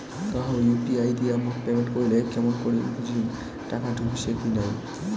কাহো ইউ.পি.আই দিয়া মোক পেমেন্ট করিলে কেমন করি বুঝিম টাকা ঢুকিসে কি নাই?